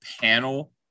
panel